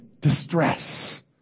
distress